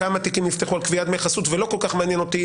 כמה תיקים נפתחו על גביית דמי חסות ולא כל כך מעניין אותי